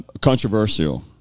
Controversial